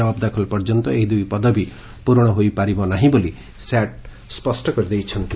ଜବାବ୍ ଦାଖଲ ପର୍ଯ୍ୟନ୍ତ ଏହି ଦୁଇ ପଦବୀ ପୁରଣ ହୋଇପାରିବ ନାହିଁ ବୋଲି ସ୍ୟାଟ୍ ସ୍ବଷ୍ଟ କରିଛନ୍ତି